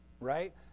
right